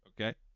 Okay